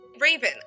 Raven